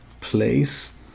place